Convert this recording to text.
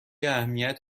اهمیت